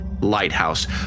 lighthouse